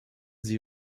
sie